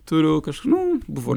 turiu kažku nu buvo